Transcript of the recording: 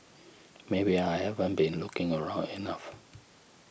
maybe I haven't been looking around enough